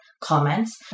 comments